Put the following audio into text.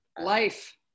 life